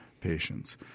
patients